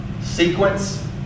sequence